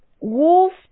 Wolf